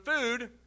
food